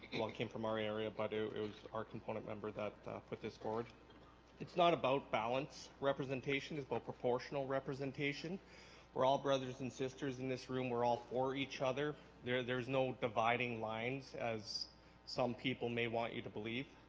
one came from our area but it was our component member that put this board it's not about balance representation is about but proportional representation we're all brothers and sisters in this room we're all for each other there there's no dividing lines as some people may want you to believe